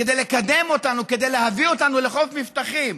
כדי לקדם אותנו, כדי להביא אותנו לחוף מבטחים.